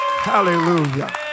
Hallelujah